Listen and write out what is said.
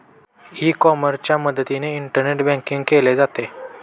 E कॉमर्सच्या मदतीने internet banking केले जाते